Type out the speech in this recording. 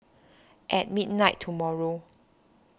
at midnight tomorrow